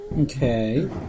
Okay